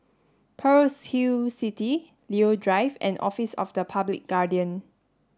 Pearl's Hill City Leo Drive and Office of the Public Guardian